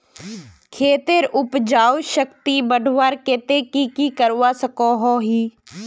खेतेर उपजाऊ शक्ति बढ़वार केते की की करवा सकोहो ही?